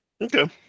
Okay